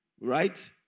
Right